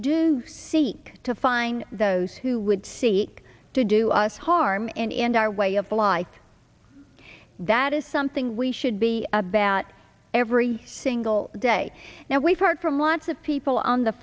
do seek to find those who would seek to do us harm and and our way of life that is something we should be about every single day now we've heard from lots of people on the